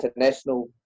international